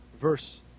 verse